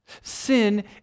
Sin